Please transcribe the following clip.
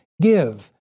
give